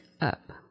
up